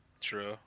True